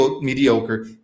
mediocre